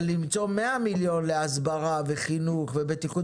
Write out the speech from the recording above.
אבל למצוא 100 מיליון להסברה וחינוך ובטיחות